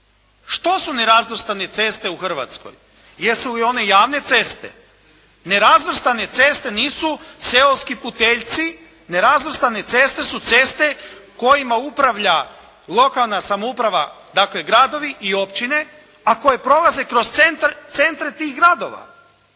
Što su nerazvrstane ceste u Hrvatskoj? Jesi li one javne ceste? Nerazvrstane ceste nisu seoski puteljci, nerazvrstane ceste su ceste kojima upravlja lokalna samouprava, dakle gradovi i opčine, a koje prolaze kroz centre tih gradova.